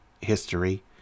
history